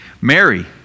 Mary